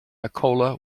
nikola